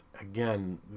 again